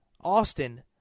Austin